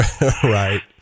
Right